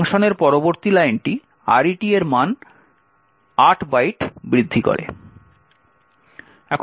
ফাংশনের পরবর্তী লাইনটি RET এর মান 8 বাইট বৃদ্ধি করে